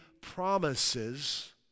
promises